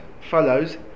follows